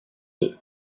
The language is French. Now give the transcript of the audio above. est